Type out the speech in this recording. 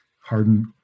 hardened